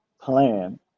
plan